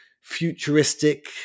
futuristic